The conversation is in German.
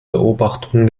beobachtungen